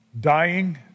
Dying